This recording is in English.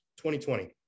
2020